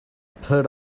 put